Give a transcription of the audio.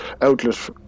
outlet